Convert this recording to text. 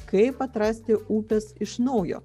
kaip atrasti upes iš naujo